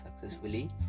successfully